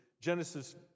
Genesis